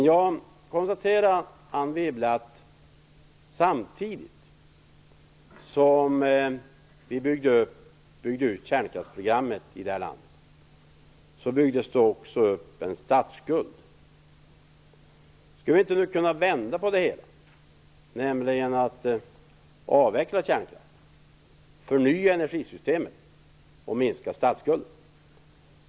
Jag konstaterar, Anne Wibble, att det samtidigt som vi byggde ut kärnkraftsprogrammet i detta land också byggdes upp en statsskuld. Skulle vi inte nu kunna vända på det hela och avveckla kärnkraften, förnya energisystemet och minska statsskulden?